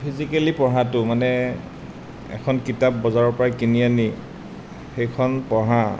physically পঢ়াটো মানে এখন কিতাপ বজাৰৰ পৰা কিনি আনি সেইখন পঢ়া